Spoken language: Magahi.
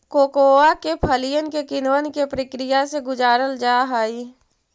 कोकोआ के फलियन के किण्वन के प्रक्रिया से गुजारल जा हई